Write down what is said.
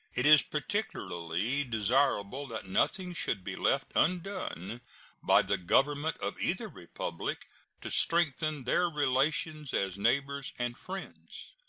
it is particularly desirable that nothing should be left undone by the government of either republic to strengthen their relations as neighbors and friends.